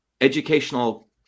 educational